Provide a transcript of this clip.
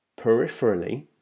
peripherally